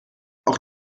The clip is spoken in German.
auch